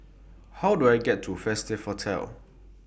How Do I get to Festive Hotel